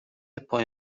پای